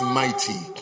mighty